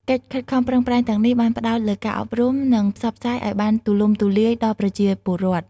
កិច្ចខិតខំប្រឹងប្រែងទាំងនេះបានផ្តោតលើការអប់រំ និងផ្សព្វផ្សាយឲ្យបានទូលំទូលាយដល់ប្រជាពលរដ្ឋ។